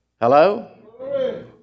Hello